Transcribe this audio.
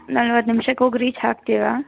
ನಲವತ್ತು ನಿಮಿಷಕ್ಕೆ ಹೋಗಿ ರೀಚ್ ಆಗ್ತೀವಾ